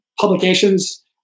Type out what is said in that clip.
publications